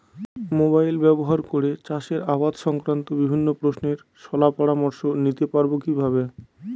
Mobile ব্যাবহার করে চাষের আবাদ সংক্রান্ত বিভিন্ন প্রশ্নের শলা পরামর্শ নিতে পারবো কিভাবে?